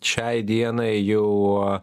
šiai dienai jau